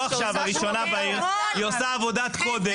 היא עושה עבודת קודש.